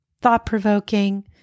thought-provoking